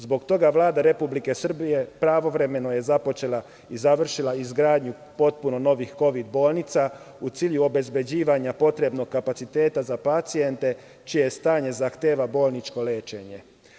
Zbog toga je Vlada Republike Srbije pravovremeno započela i završila izgradnju potpuno novih kovid bolnica, u cilju obezbeđivanja potrebnog kapaciteta za pacijente čije stanje zahteva bolničko lečenje.